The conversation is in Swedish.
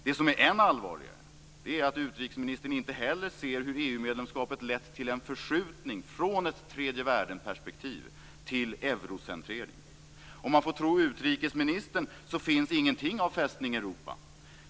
Det som är än allvarligare är att utrikesministern inte heller ser hur EU-medlemskapet lett till en förskjutning från ett tredje-världen-perspektiv till eurocentrering. Om man får tro utrikesministern finns ingenting av "Fästning Europa".